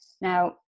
Now